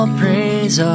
praise